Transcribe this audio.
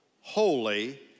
holy